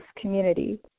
community